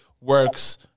works